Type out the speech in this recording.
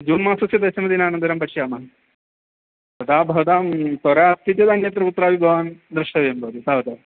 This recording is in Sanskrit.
जून्मासस्य दशमदिनानन्तरं पश्यामः तदा भवतां त्वरा अस्ति चेत् अन्यत्र कुत्रापि भवान् द्रष्टव्यं भवति तावदेव